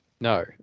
No